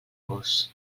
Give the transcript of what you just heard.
gos